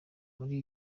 muri